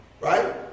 Right